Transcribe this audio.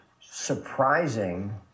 surprising